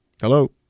Hello